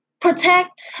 protect